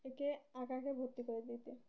একে আঁকাতে ভর্তি করে দিতে